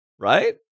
Right